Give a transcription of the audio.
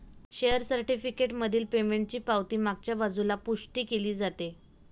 share certificate मधील पेमेंटची पावती मागच्या बाजूला पुष्टी केली जाते